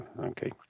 Okay